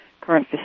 current